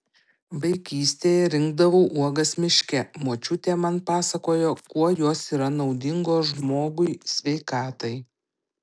vaikystėje rinkdavau uogas miške močiutė man pasakojo kuo jos yra naudingos žmogui sveikatai